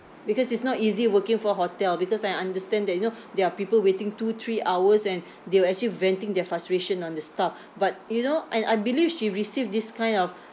because it's not easy working for hotel because I understand that you know there are people waiting two three hours and they were actually venting their frustration on the staff but you know and I believe she receive this kind of